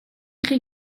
chi